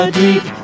deep